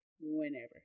whenever